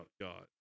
God